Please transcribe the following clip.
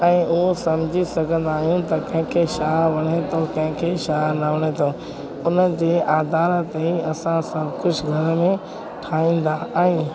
ऐं उहो समुझी सघंदा आहियूं त कंहिंखे छा वणे थो कंहिंखे छा न वणे थो हुनजे आधार ते असां सभु कुझु घर में ठाहींदा आहियूं